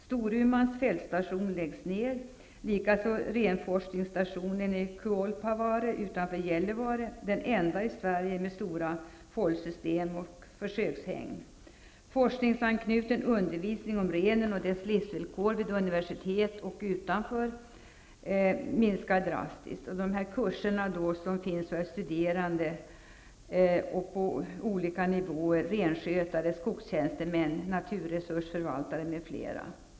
Storumans fältstation läggs ner, likaså renforskningsstationen i Kuolpavare utanför Gällivare, den enda i Sverige med stora fållsystem och försökshägn. Forskningsanknuten undervisning om renen och dess livsvillkor vid universitetet och utanför minskar drastiskt. Jag tänker på kurser för studerande på olika nivåer, renskötare, skogstjänstemän, naturresursförvaltare m.fl.